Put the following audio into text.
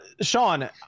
Sean